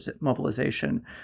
mobilization